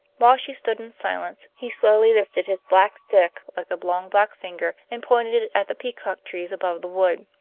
while she stood in silence he slowly lifted his black stick like a long black finger and pointed it at the peacock trees above the wood.